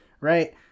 right